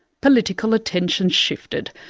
political attention shifted,